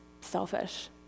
selfish